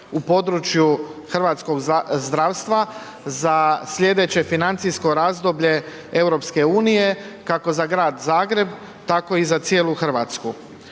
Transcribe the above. u području hrvatskog zdravstva za sljedeće financijsko razdoblje EU, kako za Grad Zagreb, tako i za cijelu Hrvatsku.